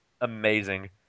amazing